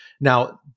Now